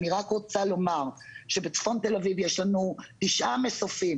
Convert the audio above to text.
אני רק רוצה לומר שבצפון תל אביב יש לנו תשעה מסופים.